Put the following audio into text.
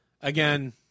Again